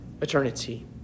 eternity